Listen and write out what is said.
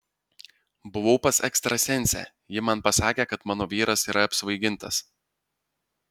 buvau pas ekstrasensę ji man pasakė kad mano vyras yra apsvaigintas